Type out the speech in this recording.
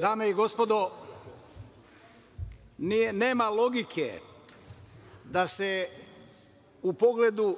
Dame i gospodo, nema logike da se u pogledu